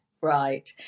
right